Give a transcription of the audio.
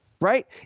right